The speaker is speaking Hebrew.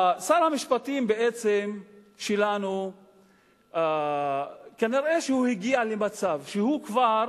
שר המשפטים שלנו כנראה שהגיע למצב שהוא כבר